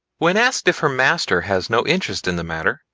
when asked if her master has no interest in the matter,